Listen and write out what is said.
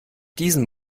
diesem